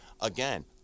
again